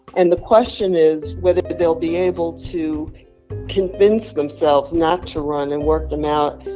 and the question is whether they'll be able to convince themselves not to run and work them out.